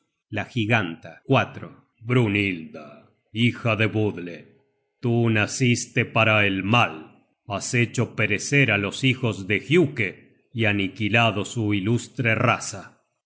la giganta brynhilda hija de budle tú naciste para el mal has hecho perecer á los hijos de giuke y aniquilado su ilustre raza y